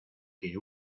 que